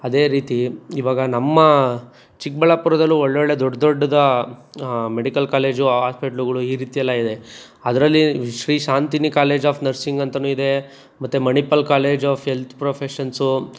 ಅದೇ ರೀತಿ ಇವಾಗ ನಮ್ಮ ಚಿಕ್ಕಬಳ್ಳಾಪುರದಲ್ಲು ಒಳೊಳ್ಳೆ ದೊಡ್ಡ ದೊಡ್ಡದ ಮೆಡಿಕಲ್ ಕಾಲೇಜು ಹಾಸ್ಪಿಟ್ಲ್ಗಳು ಈ ರೀತಿ ಎಲ್ಲ ಇದೆ ಅದರಲ್ಲಿ Shri Shantini college of nursing ಅಂತ ಇದೆ ಮತ್ತು Manipal college of health professions